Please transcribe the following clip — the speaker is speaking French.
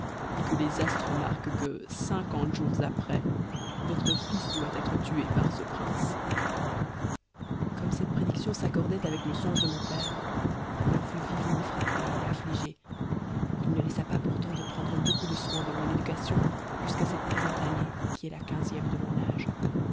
et que les astres marquent que cinquante jours après votre fils doit être tué par ce prince comme cette prédiction s'accordait avec le songe de mon père il en fut vivement frappé et affligé il ne laissa pas pourtant de prendre beaucoup de soin de mon éducation jusqu'à cette présente année qui est la quinzième de mon âge